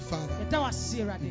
Father